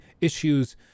issues